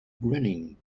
grinning